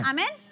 Amen